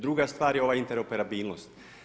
Druga stvar je ova inter operabilnost.